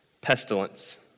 pestilence